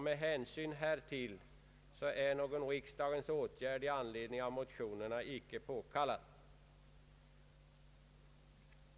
Med hänsyn härtill, anser utskottet, är någon riksdagens åtgärd med anledning av motionerna inte påkallad.